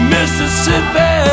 Mississippi